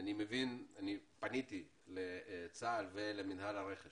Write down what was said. פניתי לצה"ל ולמינהל הרכש